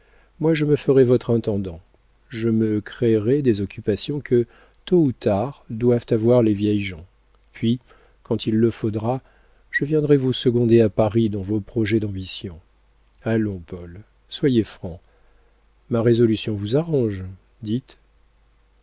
moi je me ferai votre intendant je me créerai des occupations que tôt ou tard doivent avoir les vieilles gens puis quand il faudra je viendrai vous seconder à paris dans vos projets d'ambition allons paul soyez franc ma résolution vous arrange